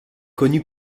connue